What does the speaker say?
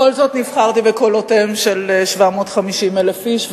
בכל זאת נבחרתי בקולותיהם של 750,000 איש,